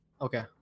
okay